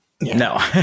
No